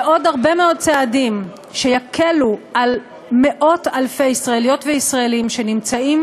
ועוד הרבה מאוד צעדים שיקלו על מאות-אלפי ישראליות וישראלים שנמצאים